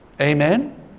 amen